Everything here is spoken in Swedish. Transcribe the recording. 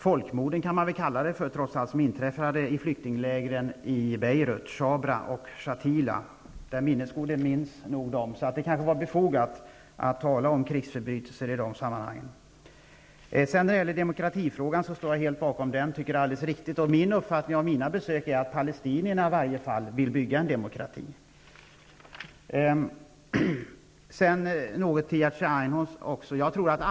Folkmord kan man väl kalla det som inträffade i flyktinglägren Sabra och Shatila i Beirut -- den minnesgode minns nog dem. Därför kan det vara befogat att tala om krigsförbrytelser i det sammanhanget. Det som har sagts om demokratifrågan är alldeles riktigt. Min uppfattning efter mina besök är att palestinierna vill bygga upp en demokrati. Jag vill också säga något till Jerzy Einhorn.